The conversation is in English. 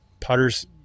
putter's